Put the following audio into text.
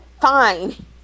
Fine